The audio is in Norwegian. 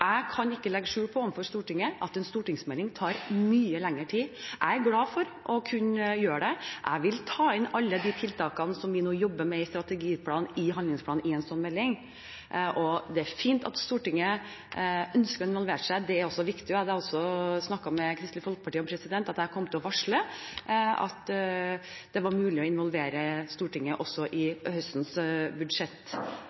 Jeg kan overfor Stortinget ikke legge skjul på at en stortingsmelding tar mye lengre tid. Jeg er glad for å kunne gjøre det. Jeg vil ta inn alle de tiltakene som vi nå jobber med i strategiplanen og i handlingsplanen, i en slik melding, og det er fint at Stortinget ønsker å involvere seg. Det er viktig. Jeg har også snakket med Kristelig Folkeparti om at jeg kom til å varsle at det var mulig å involvere Stortinget også